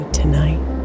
tonight